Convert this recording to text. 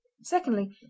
secondly